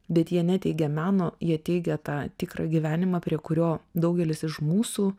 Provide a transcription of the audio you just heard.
bet jie neteigia meno jie teigia tą tikrą gyvenimą prie kurio daugelis iš mūsų